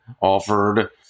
offered